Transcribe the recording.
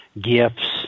gifts